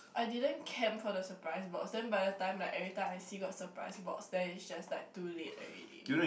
I didn't camp for the surprise box then by the time like every time I see got surprise box then it's just like too late already